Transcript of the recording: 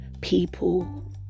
People